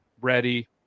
Ready